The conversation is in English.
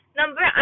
number